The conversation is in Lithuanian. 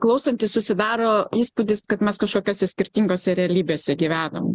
klausantis susidaro įspūdis kad mes kažkokiose skirtingose realybėse gyvenam